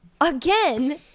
Again